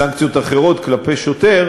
סנקציות אחרות כלפי שוטר.